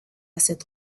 cette